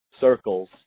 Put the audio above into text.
circles